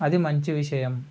అది మంచి విషయం